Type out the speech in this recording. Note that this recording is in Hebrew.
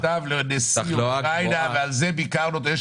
הוא שלח מכתב לנשיא אוקראינה, ועל זה ביקרנו אותו.